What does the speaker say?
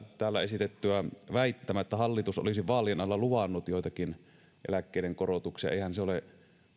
täällä esitettyä väittämää että hallitus olisi vaalien alla luvannut joitakin eläkkeiden korotuksia eihän se ole